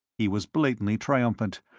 he was blatantly triumphant,